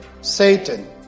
Satan